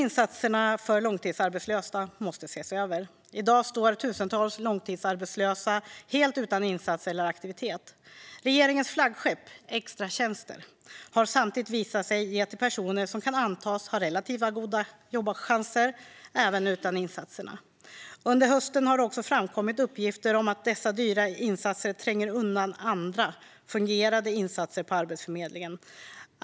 Insatserna för långtidsarbetslösa behöver också ses över. I dag står tusentals långtidsarbetslösa helt utan insats eller aktivitet. Det har samtidigt visat sig att regeringens flaggskepp, extratjänster, ges till personer som kan antas ha relativt goda jobbchanser även utan insatserna. Under hösten har det också framkommit uppgifter om att dessa dyra insatser tränger undan andra, fungerande insatser på Arbetsförmedlingen.